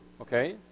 okay